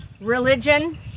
religion